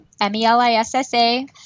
M-E-L-I-S-S-A